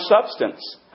substance